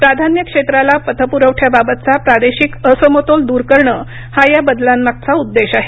प्राधान्य क्षेत्राला पतप्रवठ्याबाबतचा प्रादेशिक असमतोल दूर करणं हा या बदलांमागचा उद्देश आहे